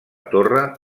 torre